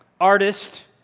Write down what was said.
artist